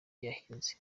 yahinze